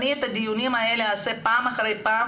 אני את הדיונים האלה אעשה פעם אחרי פעם